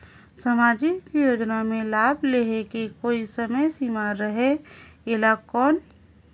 समाजिक योजना मे लाभ लहे के कोई समय सीमा रहे एला कौन?